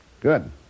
Good